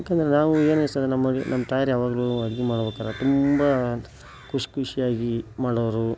ಯಾಕಂದರೆ ನಾವು ಏನು ಸ ನಮ್ಮ ತಾಯೋರ್ ಯಾವಾಗಲೂ ಅಡುಗೆ ಮಾಡ್ಬೇಕಾರ ತುಂಬ ಖುಷ್ ಖುಷಿಯಾಗಿ ಮಾಡೋರು